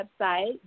website